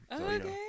Okay